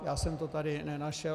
Já jsem to tady nenašel.